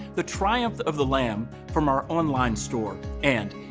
the triumph of the lamb, from our online store. and,